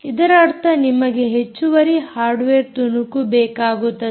ಇದರ ಅರ್ಥ ನಿಮಗೆ ಹೆಚ್ಚುವರಿ ಹಾರ್ಡ್ವೇರ್ ತುಣುಕು ಬೇಕಾಗುತ್ತದೆ